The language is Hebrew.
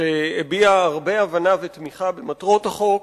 שהביע הרבה הבנה ותמיכה במטרות החוק,